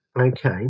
Okay